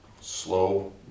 Slow